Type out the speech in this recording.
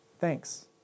Thanks